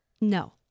no